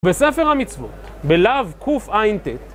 בספר המצוות, בלאו קע"ט